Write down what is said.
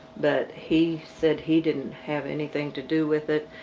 but he said he didn't have anything to do with it.